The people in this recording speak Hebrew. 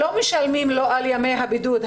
לא משלמים לו על ימי הבידוד.